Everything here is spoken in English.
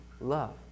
love